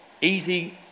easy